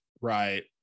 Right